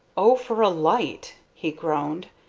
oh, for a light! he groaned,